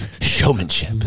Showmanship